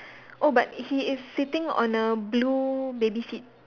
oh but he is sitting on a blue baby seat